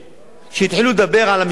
כשהתחילו לדבר על המסתננים,